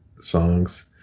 songs